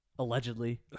Allegedly